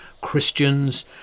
Christians